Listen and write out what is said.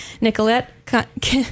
nicolette